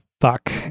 Fuck